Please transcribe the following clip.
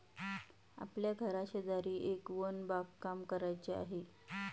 आपल्या घराशेजारी एक वन बागकाम करायचे आहे